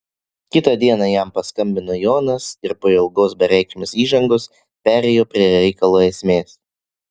kitą dieną jam paskambino jonas ir po ilgos bereikšmės įžangos perėjo prie reikalo esmės